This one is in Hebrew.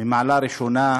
מהמעלה הראשונה.